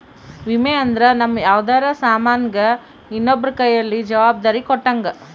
ವಿಮೆ ಅಂದ್ರ ನಮ್ ಯಾವ್ದರ ಸಾಮನ್ ಗೆ ಇನ್ನೊಬ್ರ ಕೈಯಲ್ಲಿ ಜವಾಬ್ದಾರಿ ಕೊಟ್ಟಂಗ